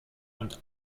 und